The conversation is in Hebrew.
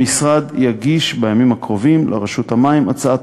המשרד יגיש בימים הקרובים לרשות המים הצעת